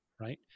right